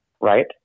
right